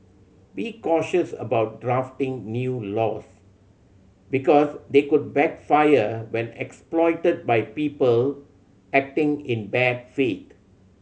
be cautious about drafting new laws because they could backfire when exploited by people acting in bad faith